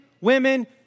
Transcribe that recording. women